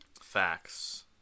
Facts